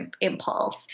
impulse